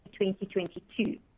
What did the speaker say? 2022